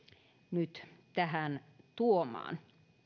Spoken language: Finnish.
nyt tähän tuomaan